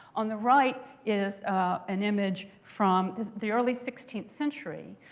on the right is an image from the early sixteenth century.